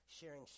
sharing